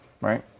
right